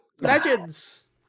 Legends